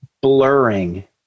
blurring